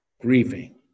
grieving